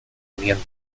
unión